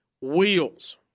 wheels